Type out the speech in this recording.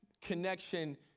connection